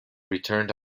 returned